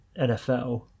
NFL